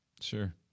Sure